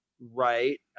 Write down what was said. right